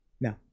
no